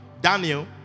Daniel